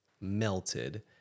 melted